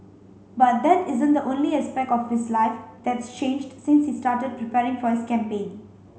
but that isn't the only aspect of his life that's changed since he started preparing for his campaign